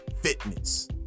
fitness